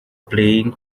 playing